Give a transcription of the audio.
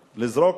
לזרוק?